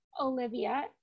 Olivia